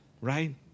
right